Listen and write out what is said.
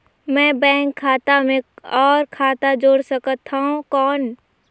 मैं बैंक खाता मे और खाता जोड़ सकथव कौन?